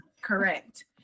correct